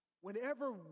Whenever